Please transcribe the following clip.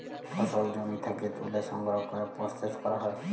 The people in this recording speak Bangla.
ফসল জমি থ্যাকে ত্যুলে সংগ্রহ ক্যরে পরসেস ক্যরা হ্যয়